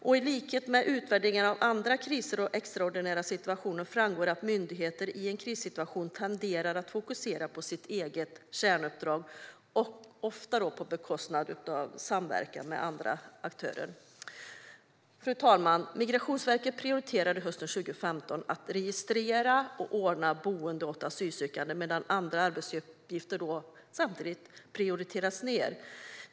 I likhet med utvärderingar av andra kriser och extraordinära situationer framgår det att myndigheter tenderar att fokusera på sitt eget kärnuppdrag i en krissituation, ofta på bekostnad av samverkan med andra aktörer. Fru talman! Migrationsverket prioriterade hösten 2015 att registrera och ordna boende åt asylsökande. Samtidigt prioriterades andra arbetsuppgifter ned.